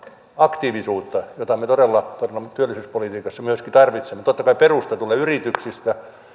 aktiivisuutta jota me todellakin työllisyyspolitiikassa myöskin tarvitsemme totta kai perusta tulee yrityksistä ja